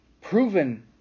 proven